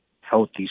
healthy